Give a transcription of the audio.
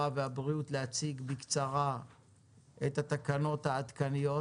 והבריאות להציג בקצרה את התקנות העדכניות,